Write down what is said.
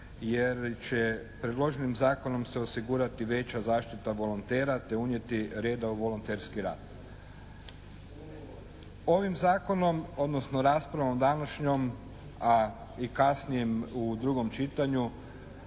jer će predloženim zakonom se osigurati veća zaštita volontera te unijeti reda u volonterski rad. Ovim Zakonom odnosno raspravom današnjom a i kasnijim u drugom čitanju